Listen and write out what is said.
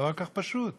זה כל כך פשוט.